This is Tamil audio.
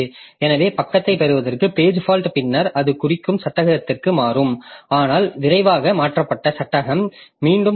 எனவே பக்கத்தைப் பெறுவதற்கு பேஜ் ஃபால்ட் பின்னர் அது இருக்கும் சட்டகத்தை மாற்றும் ஆனால் விரைவாக மாற்றப்பட்ட சட்டகம் மீண்டும் தேவைப்படும்